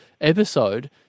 episode